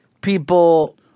people